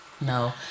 No